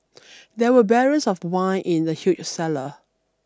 there were barrels of wine in the huge cellar